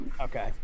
okay